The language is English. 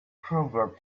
proverb